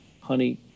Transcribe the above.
honey